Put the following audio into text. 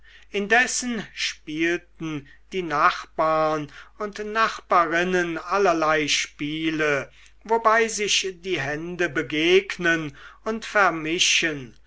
indessen spielten die nachbarn und nachbarinnen allerlei spiele wobei sich die hände begegnen und vermischen